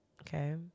Okay